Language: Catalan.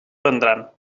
vendran